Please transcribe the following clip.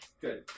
Good